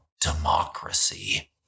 democracy